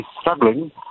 struggling